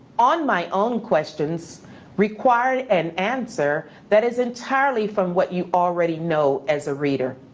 on my own questions required and answer that is entirely from what you already know as a reader.